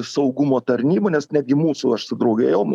saugumo tarnybų nes netgi mūsų aš su drauge ėjom